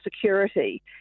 security